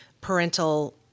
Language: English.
parental